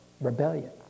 rebellion